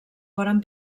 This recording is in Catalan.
foren